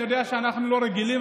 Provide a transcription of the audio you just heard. אני יודע שאנחנו לא רגילים,